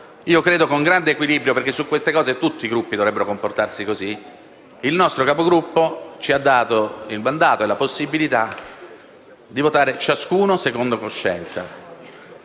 io credo con grande equilibrio (perché su queste cose credo che tutti i Gruppi dovrebbero comportarsi così), il nostro Capogruppo ci ha dato il mandato e la possibilità di votare ciascuno secondo coscienza.